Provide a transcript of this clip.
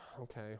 Okay